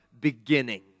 beginning